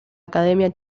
academia